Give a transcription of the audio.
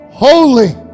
Holy